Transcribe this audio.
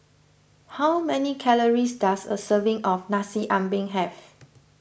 how many calories does a serving of Nasi Ambeng have